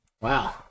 Wow